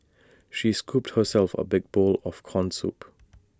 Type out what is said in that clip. she scooped herself A big bowl of Corn Soup